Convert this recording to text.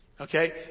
Okay